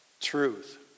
truth